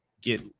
get